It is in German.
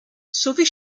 sowie